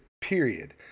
Period